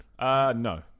No